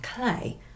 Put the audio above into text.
clay